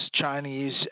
Chinese